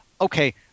okay